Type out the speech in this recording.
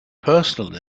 personal